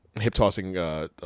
hip-tossing